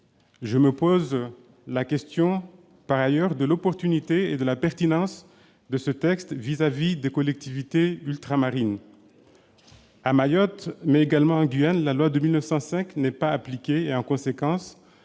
Je me pose par ailleurs la question de l'opportunité et de la pertinence de ce texte pour les collectivités ultramarines. À Mayotte, mais également en Guyane, la loi de 1905 n'est pas appliquée. En conséquence,